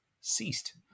ceased